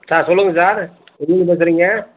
sir சொல்லுங்கள் sir எங்கிருந்து பேசுகிறீங்க